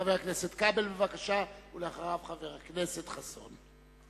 חבר הכנסת כבל, בבקשה, ואחריו, חבר הכנסת חסון.